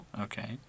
Okay